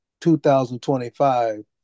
2025